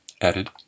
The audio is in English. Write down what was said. added